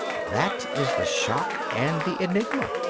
that is the shock and the enigma.